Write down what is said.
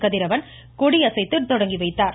கதிரவன் கொடியசைத்து துவக்கி வைத்தார்